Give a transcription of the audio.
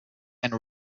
and